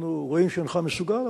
רואים שאינך מסוגל,